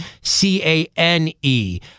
C-A-N-E